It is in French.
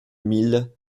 mille